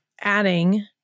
adding